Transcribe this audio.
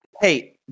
Hey